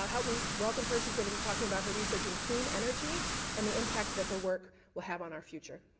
i mean welcome her, she's going to be talking about her research in clean energy and the impact her work will have on our future.